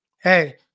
hey